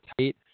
tight